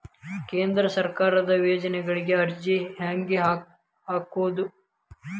ಕೇಂದ್ರ ಸರ್ಕಾರದ ಯೋಜನೆಗಳಿಗೆ ಅರ್ಜಿ ಹೆಂಗೆ ಹಾಕೋದು?